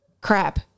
crap